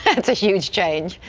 it's a huge change.